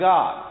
God